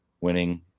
winning